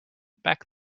back